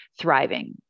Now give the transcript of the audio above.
thriving